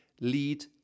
lead